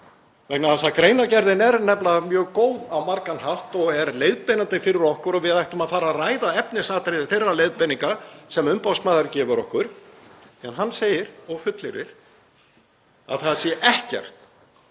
vegna þess að greinargerðin er nefnilega mjög góð á margan hátt og er leiðbeinandi fyrir okkur og við ættum að fara að ræða efnisatriði þeirra leiðbeininga sem umboðsmaður gefur okkur. Hann segir og fullyrðir að það sé ekkert